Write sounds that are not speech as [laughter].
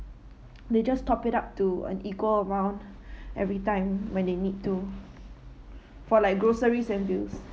they just top it up to an equal amount [breath] every time when they need to [breath] for like groceries and bills